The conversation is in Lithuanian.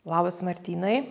labas martynai